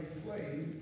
slave